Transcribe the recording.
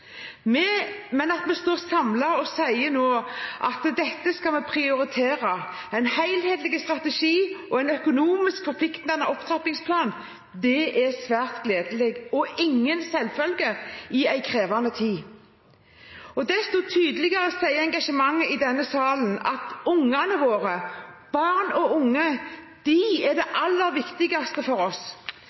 komiteen. Men at vi står samlet og nå sier at dette skal vi prioritere gjennom en helhetlig strategi og en økonomisk forpliktende opptrappingsplan, er svært gledelig og ingen selvfølge i en krevende tid. Desto tydeligere sier engasjementet i denne salen at ungene våre – barn og unge – er det aller viktigste for oss.